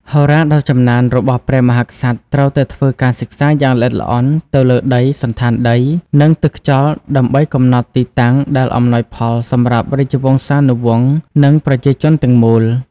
ហោរាដ៏ចំណានរបស់ព្រះមហាក្សត្រត្រូវតែធ្វើការសិក្សាយ៉ាងល្អិតល្អន់ទៅលើដី សណ្ឋានដី និងទិសខ្យល់ដើម្បីកំណត់ទីតាំងដែលអំណោយផលសម្រាប់រាជវង្សានុវង្សនិងប្រជាជនទាំងមូល។